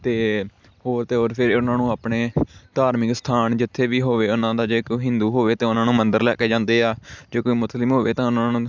ਅਤੇ ਹੋਰ ਤਾਂ ਹੋਰ ਫਿਰ ਉਨ੍ਹਾਂ ਨੂੰ ਆਪਣੇ ਧਾਰਮਿਕ ਸਥਾਨ ਜਿੱਥੇ ਵੀ ਹੋਵੇ ਉਨ੍ਹਾਂ ਦਾ ਜੇ ਕੋਈ ਹਿੰਦੂ ਹੋਵੇ ਤਾਂ ਉਨ੍ਹਾਂ ਨੂੰ ਮੰਦਰ ਲੈ ਕੇ ਜਾਂਦੇ ਆ ਜੇ ਕੋਈ ਮੁਸਲਿਮ ਹੋਵੇ ਤਾਂ ਉਨ੍ਹਾਂ ਨੂੰ